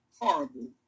horrible